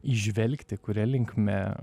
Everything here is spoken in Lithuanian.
įžvelgti kuria linkme